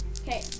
Okay